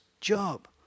job